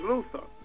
Luther